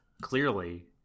clearly